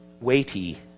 weighty